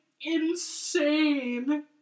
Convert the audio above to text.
insane